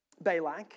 Balak